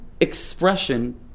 expression